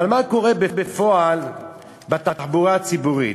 אבל מה קורה בפועל בתחבורה הציבורית?